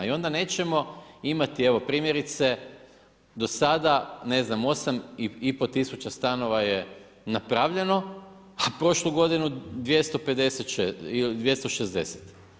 I onda nećemo imati, evo primjerice, do sada ne znam, 8500 stanova je napravljeno, a prošlu godinu 254 ili 260.